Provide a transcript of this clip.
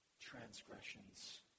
transgressions